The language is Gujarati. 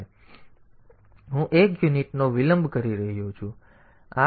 તેથી તે ઓછું થઈ જશે અને પછી હું એક યુનિટનો વિલંબ કરી રહ્યો છું